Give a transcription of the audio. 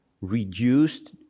reduced